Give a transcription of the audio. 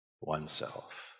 oneself